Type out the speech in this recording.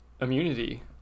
immunity